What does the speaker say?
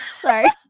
Sorry